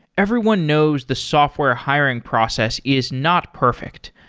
everyone knows the software hiring process is not perfect.